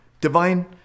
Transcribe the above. Divine